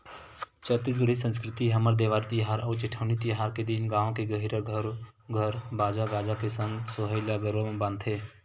छत्तीसगढ़ी संस्कृति हमर देवारी तिहार अउ जेठवनी तिहार के दिन गाँव के गहिरा घरो घर बाजा गाजा के संग सोहई ल गरुवा म बांधथे